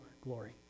glory